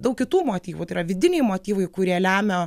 daug kitų motyvų tai yra vidiniai motyvai kurie lemia